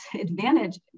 advantage